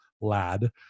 lad